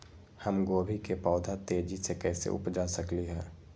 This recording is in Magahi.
हम गोभी के पौधा तेजी से कैसे उपजा सकली ह?